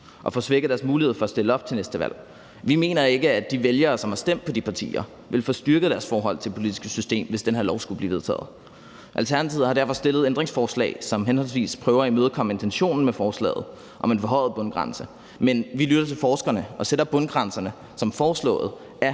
og få svækket deres mulighed for at stille op til næste valg. Vi mener ikke, at de vælgere, som har stemt på de partier, vil få styrket deres forhold til det politiske system, hvis det her lovforslag skulle blive vedtaget. Alternativet har derfor stillet ændringsforslag, som prøver at imødekomme intentionen med forslaget om en forhøjet bundgrænse, men vi lytter til forskerne og sætter bundgrænserne som foreslået af